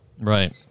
Right